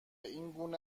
اینگونه